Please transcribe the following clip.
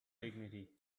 dignity